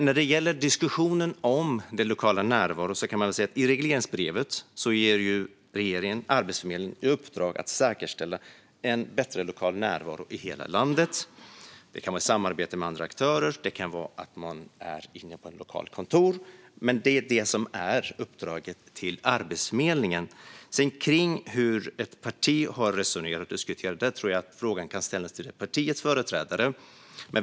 När det gäller diskussionen om den lokala närvaron ger regeringen i regleringsbrevet Arbetsförmedlingen i uppdrag att säkerställa en bättre lokal närvaro i hela landet. Det kan vara i samarbete med andra aktörer eller att man har ett lokalt kontor, men det är det som är uppdraget till Arbetsförmedlingen. Frågor om hur ett parti har resonerat och diskuterat tror jag kan ställas till det partiets företrädare.